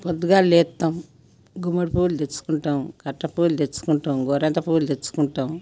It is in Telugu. పొద్దుగాల లేత్తాం గుమ్మడి పూలు తెచ్చుకుంటాం కట్టే పూలు తెచ్చుకుంటాం గోరంట పూలు తెచ్చుకుంటాం